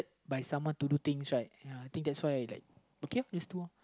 by someone to do things right ya I think that's why like okay let's do uh